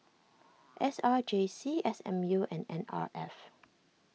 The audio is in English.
S R J C S M U and N R F